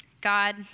God